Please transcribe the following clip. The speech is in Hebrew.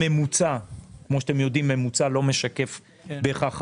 הממוצע כמו שאתם יודעים לא משקף בהכרח הכול.